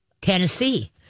Tennessee